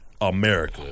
America